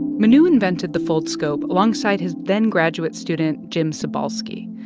manu invented the foldscope alongside his then-graduate student jim cybulski.